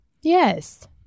Yes